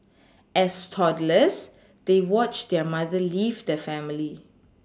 as toddlers they watched their mother leave the family